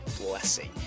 blessing